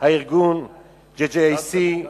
ארגון JJAC,